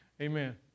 Amen